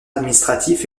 administratif